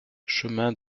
chemin